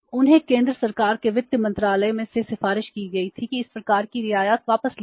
उन्हें केंद्र सरकार के वित्त मंत्रालय से सिफारिश की गई थी कि इस प्रकार की रियायत वापस ली जाए